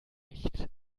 nicht